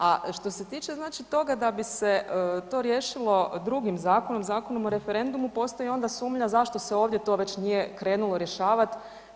A što se tiče znači toga da bi se to riješilo drugim zakonom, Zakonom o referendumu postoji onda sumnja zašto se ovdje to već nije krenulo rješavati.